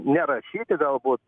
nerašyti galbūt